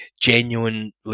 genuinely